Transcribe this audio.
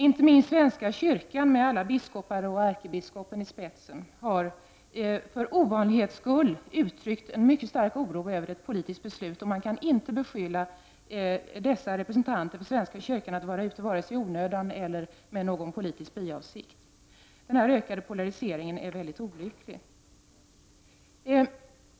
Inte minst svenska kyrkan med alla biskopar och med ärkebiskopen i spetsen har för ovanlighetens skull uttryckt en mycket stark oro över ett politiskt beslut. Man kan inte beskylla dessa representanter för svenska kyrkan vare sig för att vara ute i onödan eller för att ha någon politisk biavsikt. Denna ökade polarisering är mycket olycklig.